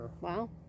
Wow